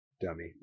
dummy